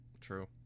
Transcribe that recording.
true